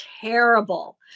terrible